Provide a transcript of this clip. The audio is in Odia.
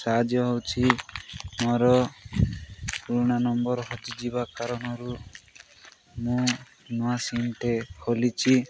ସାହାଯ୍ୟ ହଉଛି ମୋର ପୁରୁଣା ନମ୍ବର ହଜିଯିବା କାରଣରୁ ମୁଁ ନୂଆ ସିମଟେ ଖୋଲିଛି